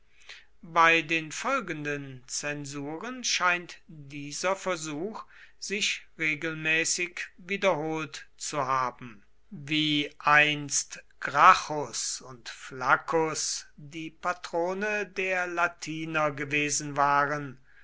bei den folgenden zensuren scheint dieser versuch sich regelmäßig wiederholt zu haben wie einst gracchus und flaccus die patrone der latiner gewesen waren